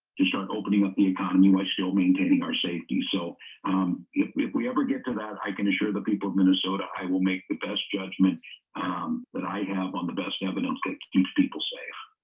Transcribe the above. just aren't opening up the economy while still maintaining our safety so if we if we ever get to that i can assure the people of minnesota i will make the best judgment um that i have on the best evidence that keeps people safe